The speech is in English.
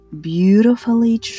beautifully